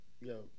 Yo